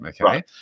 okay